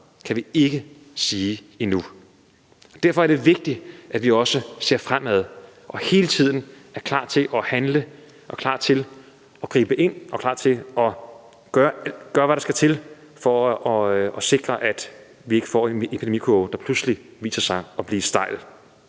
kan vi ikke sige endnu. Derfor er det vigtigt, at vi også ser fremad og hele tiden er klar til at handle, klar til at gribe ind og klar til at gøre, hvad der skal til, for at sikre, at vi ikke får en epidemikurve, der pludselig viser sig at blive stejl.